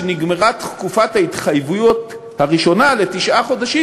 כשנגמרה תקופת ההתחייבויות הראשונה לתשעה חודשים,